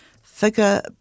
Figure